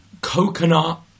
coconut